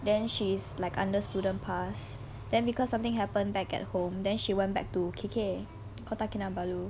then she's like under student pass then because something happened back at home then she went back to K_K kota kinabalu